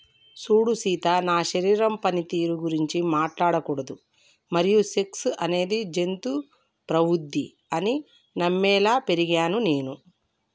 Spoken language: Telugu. సూడు సీత నా శరీరం పనితీరు గురించి మాట్లాడకూడదు మరియు సెక్స్ అనేది జంతు ప్రవుద్ది అని నమ్మేలా పెరిగినాను నేను